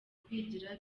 kwigira